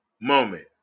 moment